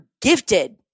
gifted